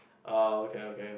oh okay okay